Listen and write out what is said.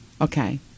okay